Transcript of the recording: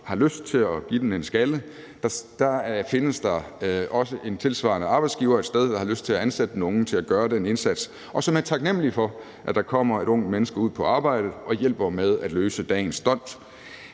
har lyst til at give den en skalle, findes der også et sted en tilsvarende arbejdsgiver, der har lyst til at ansætte den unge til at gøre den indsats, og som er taknemlig for, at der kommer et ungt menneske ud på arbejdet og hjælper med at klare dagens dont.